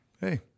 hey